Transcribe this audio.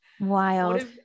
Wild